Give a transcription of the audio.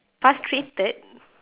frustrated